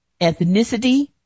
ethnicity